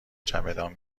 چمدان